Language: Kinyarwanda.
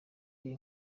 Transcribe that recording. iyi